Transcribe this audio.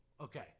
Okay